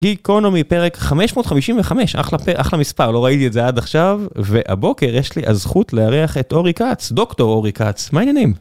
Geekonomy, פרק 555, אחלה פ-אחלה מספר, לא ראיתי את זה עד עכשיו. והבוקר יש לי הזכות לארח את אורי כץ, דוקטור אורי כץ, מה העניינים?